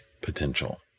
potential